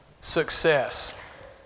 success